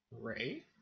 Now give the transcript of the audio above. Ray